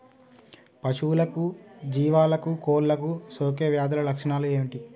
పశువులకు జీవాలకు కోళ్ళకు సోకే వ్యాధుల లక్షణాలు ఏమిటి?